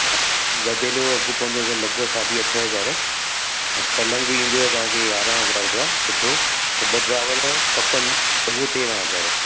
हा गदेलो अघु पवंदव लॻिभॻि साढी अठ हज़ार ऐं पलंगु ईंदव तव्हां खे यारहं हज़ार रुपया सुठो ऐं ॿ ड्रावर खपनि त उहो तेरहं हज़ार